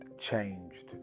changed